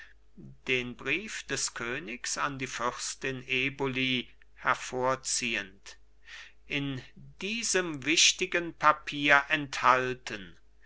den brief des königs an die fürstin eboli hervorziehend in diesem wichtigen papier enthalten